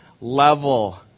level